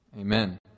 Amen